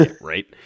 right